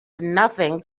nothing